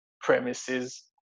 premises